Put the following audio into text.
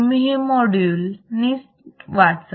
तुम्ही हे माॅड्यूल नीट वाचा